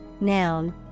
Noun